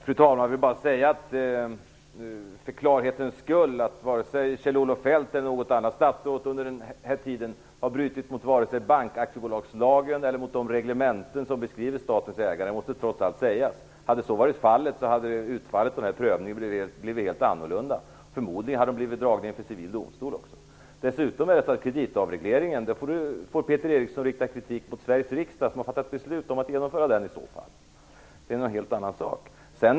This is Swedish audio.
Fru talman! Jag vill bara för klarhetens skull säga att varken Kjell-Olof Feldt eller något annat statsråd under den här tiden har brutit mot bankaktiebolagslagen eller mot de reglementen som beskriver statens ägande. Det måste trots allt sägas. Hade så varit fallet hade utfallet av den här prövningen blivit helt annorlunda. Förmodligen hade de blivit dragna inför civil domstol också. Dessutom får Peter Eriksson rikta kritiken av kreditavregleringen mot Sveriges riksdag, som har fattat beslut om att genomföra den. Det är en helt annan sak.